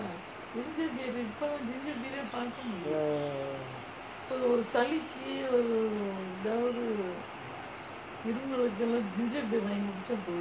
ah